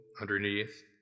underneath